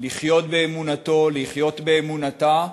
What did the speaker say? לחיות באמונתו, לחיות באמונתה,